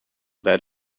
that